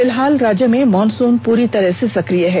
फिलहाल राज्य में मॉनसून पूरी तरह से सक्रिय है